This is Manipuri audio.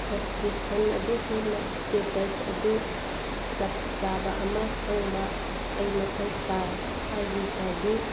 ꯁꯞꯁꯀ꯭ꯔꯤꯞꯁꯟ ꯑꯗꯨꯒꯤ ꯏꯁꯇꯦꯇꯁ ꯑꯗꯨ ꯆꯞ ꯆꯥꯕ ꯑꯃ ꯈꯪꯕ ꯑꯩ ꯃꯊꯧ ꯇꯥꯏ ꯑꯩꯒꯤ ꯁꯥꯔꯕꯤꯁ